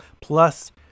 plus